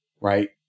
Right